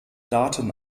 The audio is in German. daten